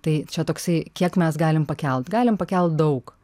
tai čia toksai kiek mes galim pakelt galim pakelt daug